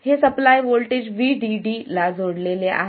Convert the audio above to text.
हे supply voltage Vdd ला जोडलेले आहे